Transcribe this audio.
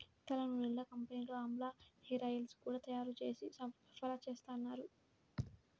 తలనూనెల కంపెనీలు ఆమ్లా హేరాయిల్స్ గూడా తయ్యారు జేసి సరఫరాచేత్తన్నారు